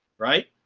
right?